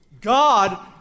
God